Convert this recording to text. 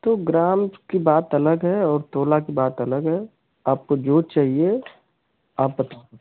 तो ग्राम की बात अलग है और तोला की बात अलग है आपको जो चहिए आप बता दें